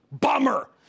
Bummer